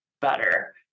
better